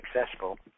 successful